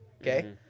Okay